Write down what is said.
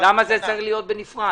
זה צריך להיות בנפרד?